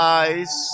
eyes